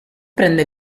prende